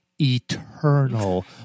Eternal